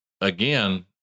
again